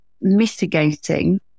mitigating